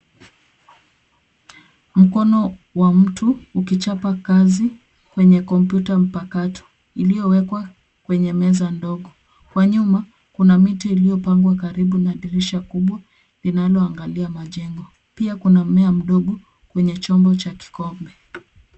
Mkono wa mtu ukichapakazi kwenye kompyuta mpakato, iliyowekwa kwenye meza ndogo. Kwa nyuma kuna miti iliyopangwa karibu na dirisha kubwa, linaloangalia majengo, pia kuna mmea mdogo kwenye chombo cha kikombe.